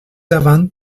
avant